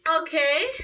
Okay